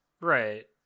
right